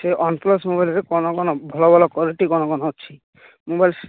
OnePlus ମୋବାଇଲରେ କ'ଣ ଭଲ ଭଲ କ୍ୱାଲିଟି କ'ଣ କ'ଣ ଅଛି ମୋବାଇଲସ